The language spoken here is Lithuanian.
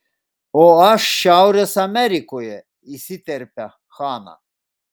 o aš šiaurės amerikoje įsiterpia hana